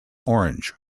orange